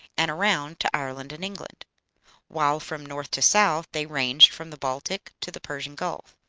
and around to ireland and england while from north to south they ranged from the baltic to the persian gulf.